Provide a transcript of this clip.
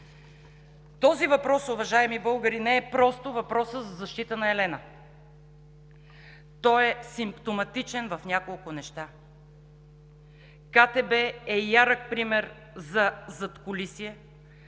Този въпрос, уважаеми българи, не е просто въпросът за защита на Елена. Той е симптоматичен в няколко неща. Корпоративна търговска